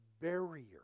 barrier